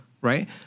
right